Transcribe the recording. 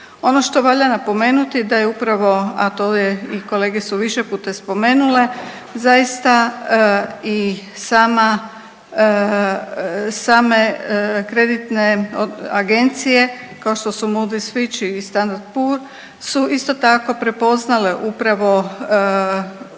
Ono što valja napomenuti da je upravo, a to je i kolege su više puta spomenule zaista i sama same kreditne agencije kao što su …/Govornica se ne razumije./… su isto tako prepoznale RH gdje